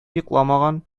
йокламаган